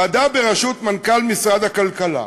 ועדה בראשות מנכ"ל משרד הכלכלה,